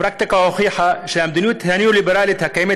הפרקטיקה הוכיחה שהמדיניות הניאו-ליברלית הקיימת